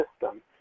system